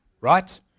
right